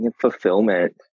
fulfillment